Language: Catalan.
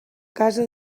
casa